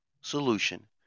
solution